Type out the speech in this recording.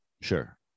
Sure